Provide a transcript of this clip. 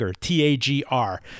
T-A-G-R